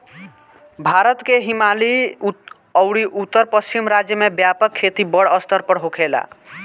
भारत के हिमालयी अउरी उत्तर पश्चिम राज्य में व्यापक खेती बड़ स्तर पर होखेला